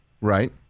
Right